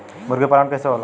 मुर्गी पालन कैसे होला?